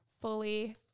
fully